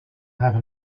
happen